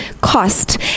cost